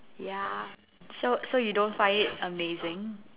ya so so you don't find it amazing